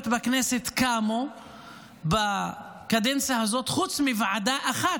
בכנסת קמו בקדנציה הזו חוץ מוועדה אחת,